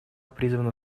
призвана